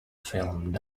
film